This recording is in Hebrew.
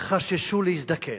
חששו להזדקן.